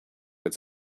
it’s